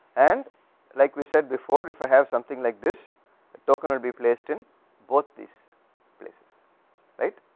and like we said before if i have something like this token will be placed in both these places right,